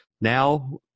Now